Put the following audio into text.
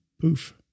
poof